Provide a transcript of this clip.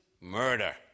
murder